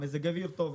יש פה מזג אוויר טוב,